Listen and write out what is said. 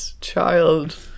child